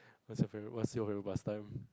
what's your favourite what's your favourite pass time